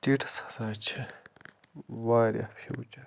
status ہسا چھِ واریاہ فیوٗچَر